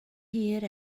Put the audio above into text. hir